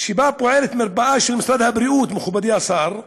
שבה פועלת מרפאה של משרד הבריאות, מכובדי השר,